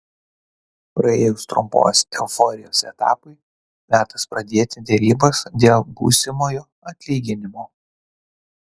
praėjus trumpos euforijos etapui metas pradėti derybas dėl būsimojo atlyginimo